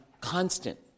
constant